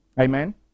amen